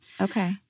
Okay